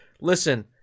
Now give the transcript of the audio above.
Listen